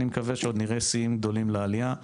אני מקווה שנראה שיאי עלייה חדשים,